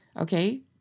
okay